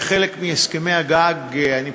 וחלק מהסכמי הגג על בנייה,